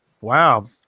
Wow